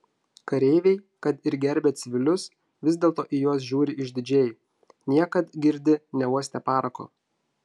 kareiviai kad ir gerbia civilius vis dėlto į juos žiūri išdidžiai niekad girdi neuostę parako